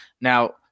now